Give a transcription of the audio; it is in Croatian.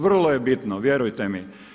Vrlo je bitno, vjerujte mi.